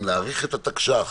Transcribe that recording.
אם להאריך את התקש"ח